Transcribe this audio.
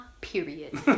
Period